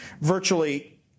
Virtually